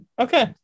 Okay